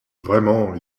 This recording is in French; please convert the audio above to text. vraiment